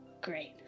Great